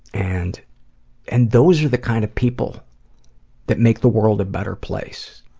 and and those are the kinds of people that make the world a better place.